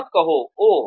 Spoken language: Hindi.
मत कहो ओह